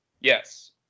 Yes